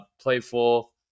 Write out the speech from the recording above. playful